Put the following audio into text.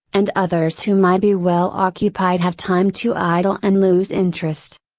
and others who might be well occupied have time to idle and lose interest.